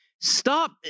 Stop